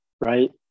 Right